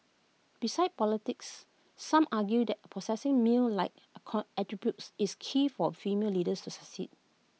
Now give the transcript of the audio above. besides politics some argue that possessing male like attributes is key for female leaders to succeed